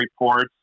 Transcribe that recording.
reports